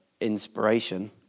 inspiration